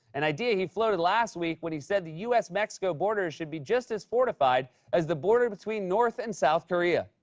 an idea he floated last week, when he said the u s mexico border should be just as fortified as the border between north and south korea.